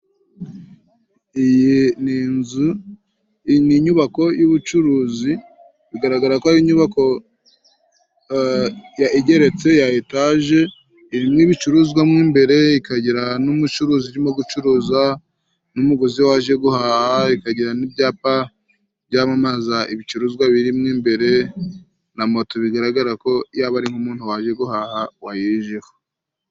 Iyi ni inzu ni inyubako y'ubucuruzi bigaragara ko ari inyubako ya igeretse ya etaje, irimo ibicuruzwamo imbere ikagira n'umucuruzi urimo gucuruza n'umuguzi waje guhaha, ikagira n'ibyapa byamamaza ibicuruzwa birimo imbere na moto bigaragara ko yaba ari nk'umuntu waje guhaha wayijeho.